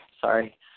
Sorry